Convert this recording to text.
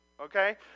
Okay